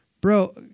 bro